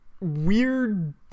weird